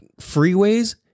freeways